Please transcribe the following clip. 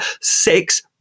six